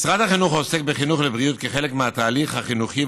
משרד החינוך עוסק בחינוך לבריאות כחלק מהתהליך החינוכי,